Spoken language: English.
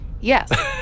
yes